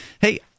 Hey